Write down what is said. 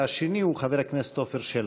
והשני הוא חבר הכנסת עפר שלח.